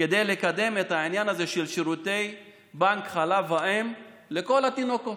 כדי לקדם את העניין הזה של שירותי בנק חלב אם לכל התינוקות.